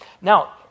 Now